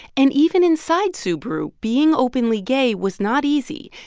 and even inside subaru, being openly gay was not easy.